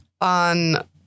on